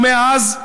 ומאז,